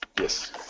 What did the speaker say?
Yes